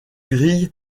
grilles